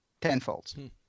tenfold